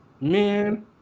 man